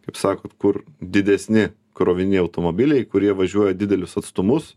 kaip sakot kur didesni krovininiai automobiliai kurie važiuoja didelius atstumus